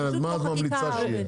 כן, מה את ממליצה שיהיה?